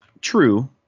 True